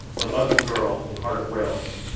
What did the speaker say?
or a muslim girl in cardiff, wales?